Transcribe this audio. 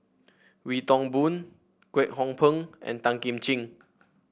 Wee Toon Boon Kwek Hong Png and Tan Kim Ching